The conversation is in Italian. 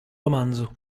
romanzo